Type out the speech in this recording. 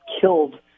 killed